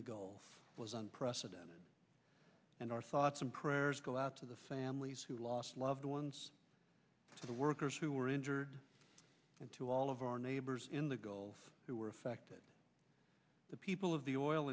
the gulf was unprecedented and our thoughts and prayers go out to the families who lost loved ones to the workers who were injured and to all of our neighbors in the gulf who were affected the people of the oil